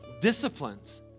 disciplines